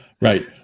Right